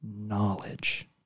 knowledge